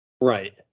Right